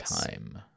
time